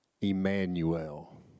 Emmanuel